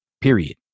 period